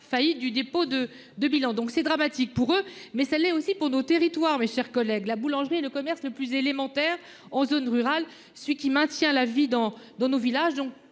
faillite du dépôt de de bilan donc c'est dramatique pour eux mais ça l'est aussi pour nos territoires, mes chers collègues, la boulangerie le commerce le plus élémentaire en zone rurale. Celui qui maintient la vie dans dans nos villages,